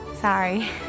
Sorry